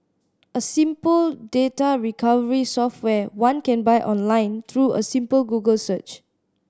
a simple data recovery software one can buy online through a simple Google search